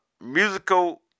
musical